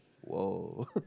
whoa